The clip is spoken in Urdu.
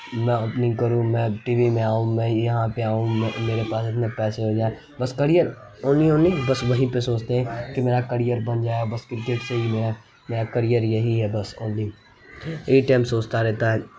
میں اوپننگ کروں میں ٹی وی میں آؤں میں یہاں پہ آؤں میرے پاس اتنے پیسے ہوں جائیں بس کریئر اونلی اونلی بس وہیں پہ سوچتے ہیں کہ میرا کریئر بن جائے بس کرکٹ سے ہی میرا میرا کریئر یہی ہے بس اونلی یہی ٹائم سوچتا رہتا ہے